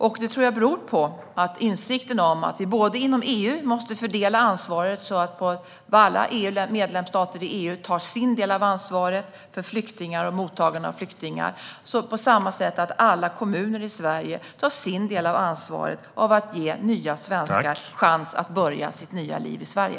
Jag tror att detta beror på insikten om att vi dels inom EU måste fördela ansvaret så att alla medlemsstater i EU tar sin del av ansvaret för flyktingar och mottagandet av dessa, dels att alla kommuner i Sverige måste ta sin del av ansvaret för att ge nya svenskar en chans att börja sitt nya liv i Sverige.